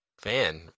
fan